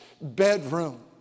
bedroom